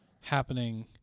happening